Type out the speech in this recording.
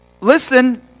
Listen